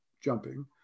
jumping